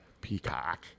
Peacock